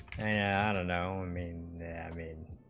an unknown i mean i mean